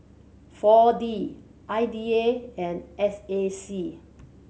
Four D I D A and S A C